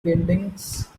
paintings